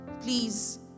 please